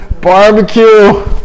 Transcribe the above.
Barbecue